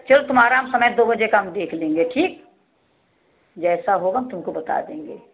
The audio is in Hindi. चलो तुम्हारा हम समय दो बजे का हम देख लेंगे ठीक जैसा होगा हम तुमको बता देंगे